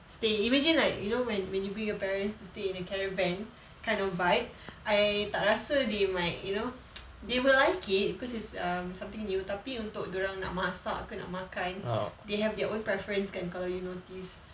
stay imagine like you know when when you bring your parents to stay in a caravan kind of vibe I tak rasa they might you know they will like it because it's um something new tapi untuk dia orang nak masak ke nak makan they have their own preference kan kalau you notice